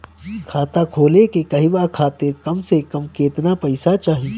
खाता खोले के कहवा खातिर कम से कम केतना पइसा चाहीं?